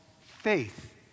faith